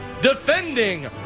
defending